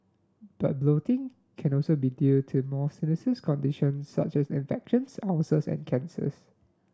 but bloating can also be due to more sinister conditions such as infections ulcers and cancers